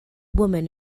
woman